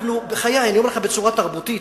בחיי, אני אומר לך בצורה תרבותית